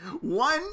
One